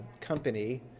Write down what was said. company